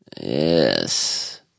Yes